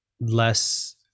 less